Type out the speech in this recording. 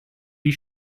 wie